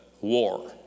war